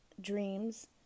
dreams